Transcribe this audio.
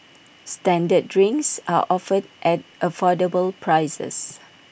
standard drinks are offered at affordable prices